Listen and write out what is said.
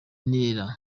ntera